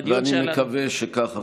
ואני מקווה שכך אכן יהיה.